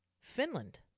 Finland